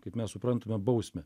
kaip mes suprantame bausmę